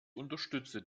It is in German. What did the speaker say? unterstütze